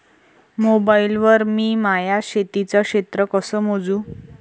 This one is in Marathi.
मोबाईल वर मी माया शेतीचं क्षेत्र कस मोजू?